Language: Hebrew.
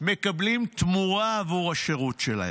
מקבלים תמורה עבור השירות שלהם.